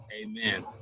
Amen